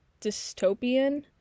dystopian